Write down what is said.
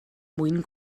mwyn